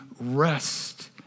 rest